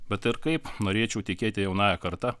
bet ir kaip norėčiau tikėti jaunąja karta